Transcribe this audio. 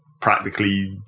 practically